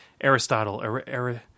Aristotle